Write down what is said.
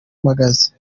mpagaze